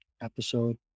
episode